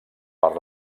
per